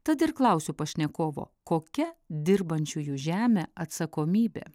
tad ir klausiu pašnekovo kokia dirbančiųjų žemę atsakomybė